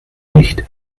nicht